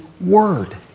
word